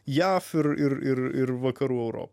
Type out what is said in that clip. jav ir ir ir ir vakarų europa